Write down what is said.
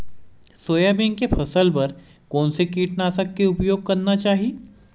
Soybean के फसल बर कोन से कीटनाशक के उपयोग करना चाहि?